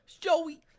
Joey